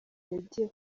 yagiye